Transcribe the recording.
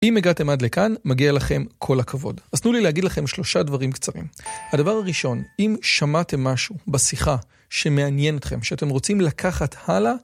אם הגעתם עד לכאן, מגיע לכם, כל הכבוד. אז תנו לי להגיד לכם שלושה דברים קצרים: הדבר הראשון, אם שמעתם משהו, בשיחה, שמעניין אתכם, שאתם רוצים לקחת הלאה,